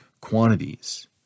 quantities